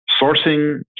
sourcing